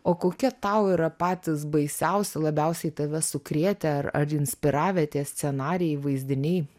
o kokie tau yra patys baisiausi labiausiai tave sukrėtę ar inspiravę tie scenarijai vaizdiniai